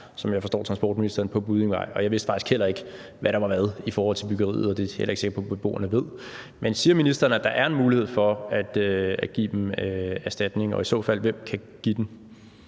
som jeg forstår transportministeren, på Buddingevej. Jeg vidste faktisk ikke, hvad der var hvad i forhold til byggeriet, og det er jeg heller ikke sikker på beboerne ved. Men siger ministeren, at der er en mulighed for at give dem erstatning? Og i så fald: Hvem kan give den?